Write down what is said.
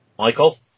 Michael